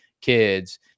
kids